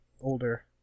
older